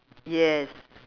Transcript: yes